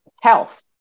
health